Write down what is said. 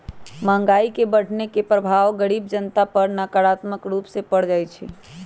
महंगाई के बढ़ने के प्रभाव गरीब जनता पर नकारात्मक रूप से पर जाइ छइ